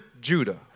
Judah